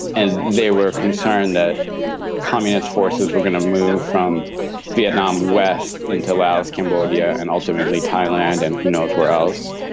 and they were concerned that communist forces were going to move from vietnam west into laos, cambodia and ultimately thailand and who knows where else.